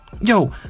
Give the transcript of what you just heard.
Yo